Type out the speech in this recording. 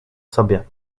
sobie